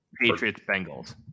Patriots-Bengals